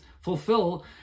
fulfill